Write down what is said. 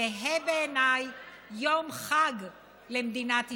יהא בעיניי יום חג למדינת ישראל.